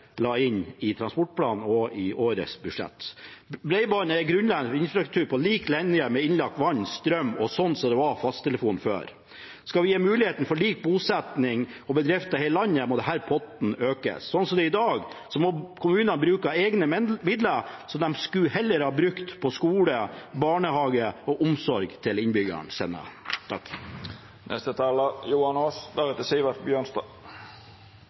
la inn i transportplanen og i årets budsjett. Bredbånd er grunnleggende infrastruktur, på lik linje med innlagt vann og strøm og sånn fasttelefon var før. Skal vi gi mulighet for lik bosetting og bedrifter i hele landet, må denne potten økes. Sånn som det er i dag, må kommunene bruke av egne midler, som de heller skulle ha brukt på skole, barnehage og omsorg til innbyggerne sine.